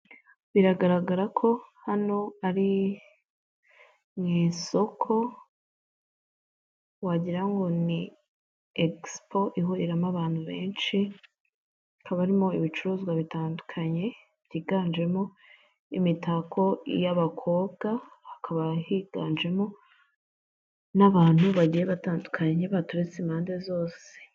Biragaragara ko hano ari mu isoko wagirango ngo ni exipo ihuriramo abantu benshi habamo ibicuruzwa bitandukanye byiganjemo imitako y'abakobwa hakaba higanjemo n'abantu bagiye batandukanye baturutse impande zose.